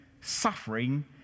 suffering